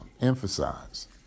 emphasize